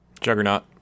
Juggernaut